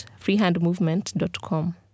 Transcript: freehandmovement.com